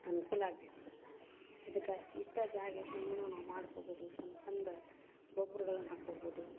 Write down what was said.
ಅನ್ಕುಲ ಆಗ್ತೈತಿ ಇದಕ್ಕೆ ಇಷ್ಟ ಜಾಗ ಇದ್ದರೂನುನು ನಾವು ಮಾಡ್ಕೋಬೋದು ಸಣ್ಣ ಸಂದ ಗೊಬ್ಬರಗಳನ್ ಹಾಕೋಬೋದು